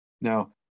Now